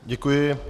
Děkuji.